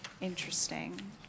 interesting